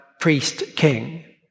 priest-king